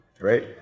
right